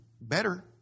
better